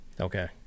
Okay